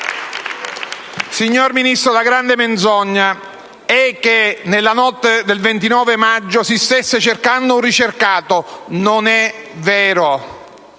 Signor Ministro, la grande menzogna è che nella notte del 29 maggio si stesse cercando un ricercato: non è vero